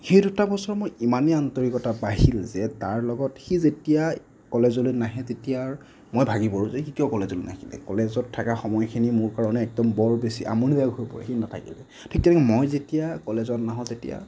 সেই দুটা বছৰত মই ইমানেই আন্তৰিকতা বাঢ়িল যে তাৰ লগত সি যেতিয়া কলেজলৈ নাহে তেতিয়াৰ মই ভাগি পৰোঁ যে সি কিয় কলেজলৈ নাহিলে কলেজত থকা সময়খিনি মোৰ কাৰণে একদম বৰ বেছি আমনিদায়ক হৈ পৰে সি নাথাকিলে ঠিক তেনেকৈ মই যেতিয়া কলেজত নাহোঁ তেতিয়া